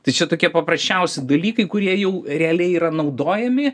tai čia tokie paprasčiausi dalykai kurie jau realiai yra naudojami